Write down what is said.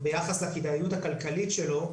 ביחס לכדאיות הכלכלית שלו,